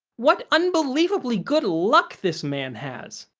what unbelievable good luck this man has!